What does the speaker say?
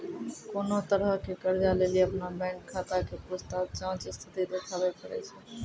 कोनो तरहो के कर्जा लेली अपनो बैंक खाता के पूछताछ जांच स्थिति देखाबै पड़ै छै